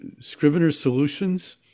ScrivenerSolutions